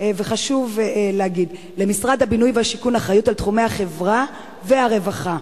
וחשוב להגיד: "למשרד השיכון והבינוי אחריות על תחומי החברה והרווחה.